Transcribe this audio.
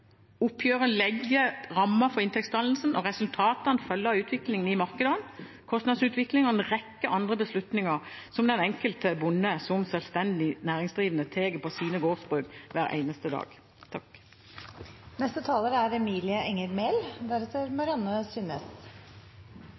Oppgjøret legger rammer for inntektsdannelsen, og resultatene følger utviklingen i markedene, kostnadsutvikling og en rekke andre beslutninger som den enkelte bonde som selvstendig næringsdrivende tar på sine gårdsbruk hver eneste dag. Utmarka er